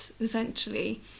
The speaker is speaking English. essentially